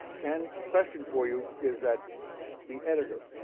ken, question for you is that the editor.